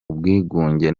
ubwigunge